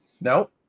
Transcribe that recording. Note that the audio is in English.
No